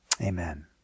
Amen